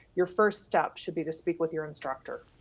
your first step should be to speak with your instructor.